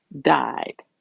died